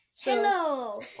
Hello